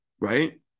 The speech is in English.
right